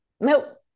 Nope